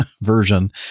version